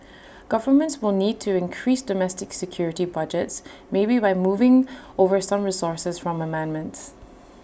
governments will need to increase domestic security budgets maybe by moving over some resources from armaments